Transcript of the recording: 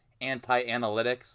anti-analytics